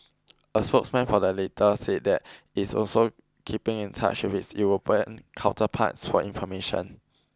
a spokesman for the latter said that it is also keeping in touch with European counterparts for information